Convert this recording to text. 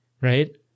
right